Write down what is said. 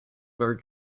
were